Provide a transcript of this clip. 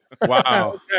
wow